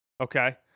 Okay